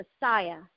Messiah